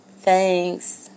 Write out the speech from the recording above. Thanks